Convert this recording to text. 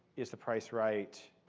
is the price right?